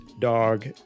dog